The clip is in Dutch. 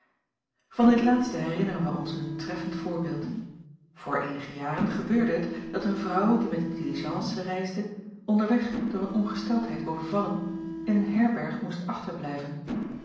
van dit laatste herinneren wij ons een treffend voorbeeld voor eenige jaren gebeurde t dat een vrouw die met de diligence reisde onderweg door een ongesteldheid overvallen in een herberg moest achterblijven